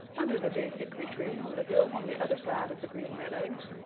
under the big hickory tree on the hill on the other side of the green meadows,